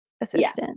assistant